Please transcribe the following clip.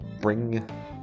bring